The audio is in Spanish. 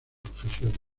profesión